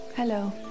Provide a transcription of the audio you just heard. Hello